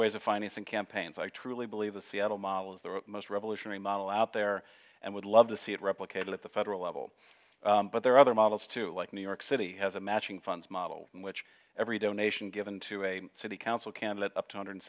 ways of financing campaigns i truly believe the seattle model is the most revolutionary model out there and would love to see it replicated at the federal level but there are other models to like new york city has a matching funds model in which every donation given to a city council can let up two hundred